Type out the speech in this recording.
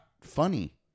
funny